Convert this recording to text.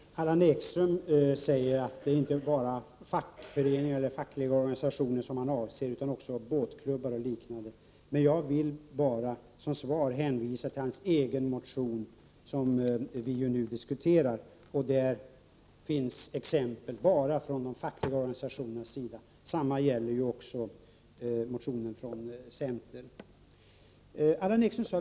Herr talman! Allan Ekström säger att man i HD:s domar kan hitta processer om uteslutning av medlemmar i inte enbart fackliga organisationer utan även i båtklubbar och liknande. Låt mig hänvisa till hans egen motion som vi nu diskuterar. I den finns exempel enbart från de fackliga organisationerna. Detsamma gäller motionen från centern.